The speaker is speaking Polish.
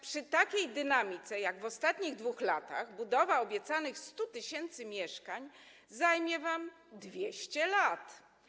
Przy takiej dynamice jak w ostatnich 2 latach budowa obiecanych 100 tys. mieszkań zajmie wam 200 lat.